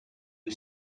new